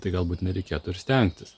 tai galbūt nereikėtų ir stengtis